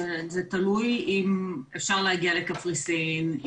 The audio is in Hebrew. זה תלוי אם אפשר להגיע לקפריסין,